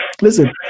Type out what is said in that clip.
Listen